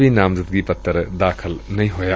ਵੀ ਨਾਮਜ਼ਦਗੀ ਪੱਤਰ ਦਾਖਲ ਨਹੀਂ ਹੋਇਆ